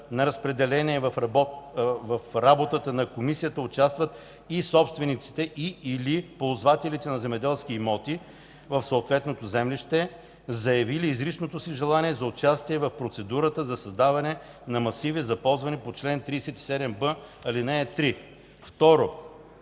на разпределение в работата на Комисията участват и собствениците и/или ползвателите на земеделски имоти в съответното землище, заявили изричното си желание за участие в процедурата за създаване на масиви за ползване по чл. 37б, ал. 3.” 2.